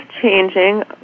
changing